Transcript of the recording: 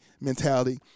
mentality